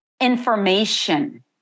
information